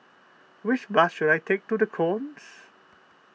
which bus should I take to the Knolls